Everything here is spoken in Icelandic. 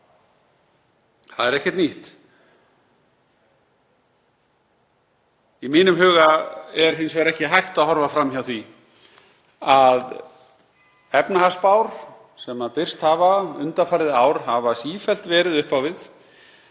Það er ekkert nýtt. Í mínum huga er hins vegar ekki hægt að horfa fram hjá því að efnahagsspár sem birst hafa undanfarið ár hafa sífellt verið upp á við.